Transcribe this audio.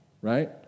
right